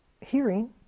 hearing